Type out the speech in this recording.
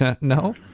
No